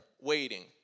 waiting